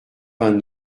vingt